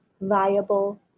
viable